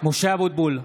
משה אבוטבול,